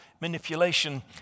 manipulation